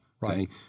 Right